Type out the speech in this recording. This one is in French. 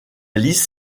liste